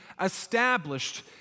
established